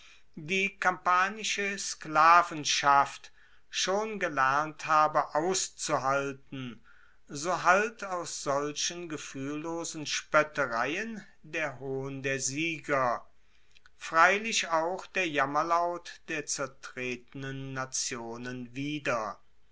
die kampanische sklavenschaft schon gelernt habe auszuhalten so hallt aus solchen gefuehllosen spoettereien der hohn der sieger freilich auch der jammerlaut der zertretenen nationen wieder